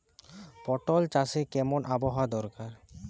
পটল চাষে কেমন আবহাওয়া দরকার?